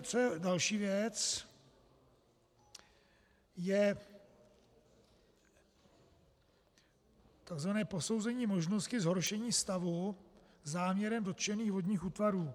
Co je další věc, je to tzv. posouzení možnosti zhoršení stavu záměrem dotčených vodních útvarů.